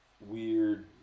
weird